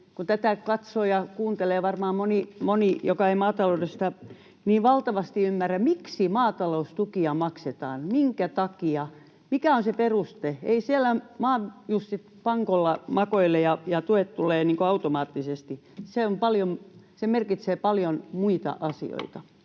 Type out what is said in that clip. tätä katsoo ja kuuntelee varmaan moni, joka ei maataloudesta niin valtavasti ymmärrä — miksi maataloustukia maksetaan, minkä takia, mikä on se peruste. Eivät siellä maajussit pankolla makoile ja tuet tule automaattisesti. Se merkitsee paljon muita asioita.